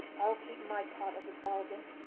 i'll keep my part of the bargain.